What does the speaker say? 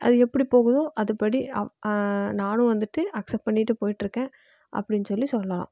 அது எப்படி போகுதோ அதுபடி நானும் வந்துட்டு அக்சப்ட் பண்ணிட்டு போயிட்டிருக்கேன் அப்படின்னு சொல்லி சொல்லலாம்